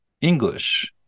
English